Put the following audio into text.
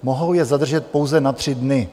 Mohou je zadržet pouze na tři dny.